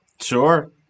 Sure